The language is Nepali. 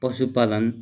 पशु पालन